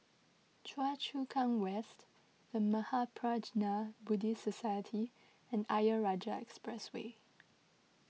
Choa Chu Kang West the Mahaprajna Buddhist Society and Ayer Rajah Expressway